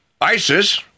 ISIS